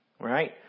Right